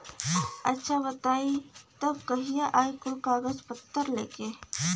अच्छा बताई तब कहिया आई कुल कागज पतर लेके?